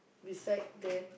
beside that